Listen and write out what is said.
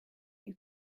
you